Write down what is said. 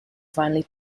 finally